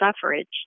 suffrage